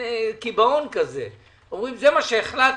קיבעון כזה אומרים: זה מה שהחלטנו,